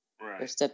right